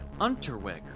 Unterweger